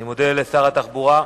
אני מודה לשר התחבורה.